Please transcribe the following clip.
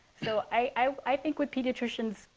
so i think with pediatricians,